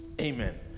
Amen